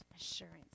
assurance